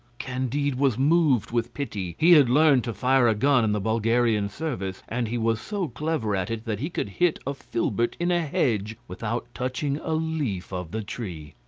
candide was moved with pity he had learned to fire a gun in the bulgarian service, and he was so clever at it, that he could hit a filbert in a hedge without touching a leaf of the tree.